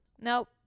Nope